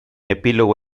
epílogo